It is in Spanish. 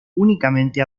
únicamente